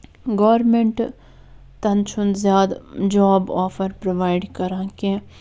government تَنہٕ چھُنہٕ زیادٕ جاب آفر پرٛوایِڈ کران کیٚنٛہہ